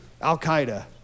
Al-Qaeda